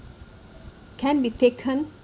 can be taken